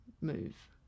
move